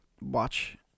watch